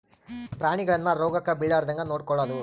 ಪ್ರಾಣಿಗಳನ್ನ ರೋಗಕ್ಕ ಬಿಳಾರ್ದಂಗ ನೊಡಕೊಳದು